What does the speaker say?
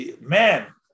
man